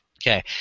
Okay